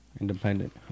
independent